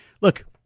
Look